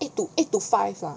eight to eight to five ah